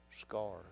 scars